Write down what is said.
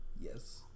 yes